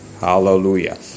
Hallelujah